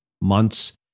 months